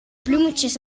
bloemetjes